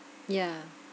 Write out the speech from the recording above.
yeah